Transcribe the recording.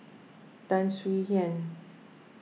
Tan Swie Hian